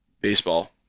baseball